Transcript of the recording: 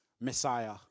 messiah